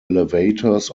elevators